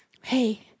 hey